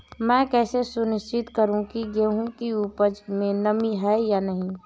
मैं कैसे सुनिश्चित करूँ की गेहूँ की उपज में नमी है या नहीं?